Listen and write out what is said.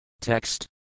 Text